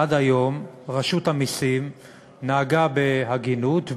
עד היום רשות המסים נהגה בהגינות,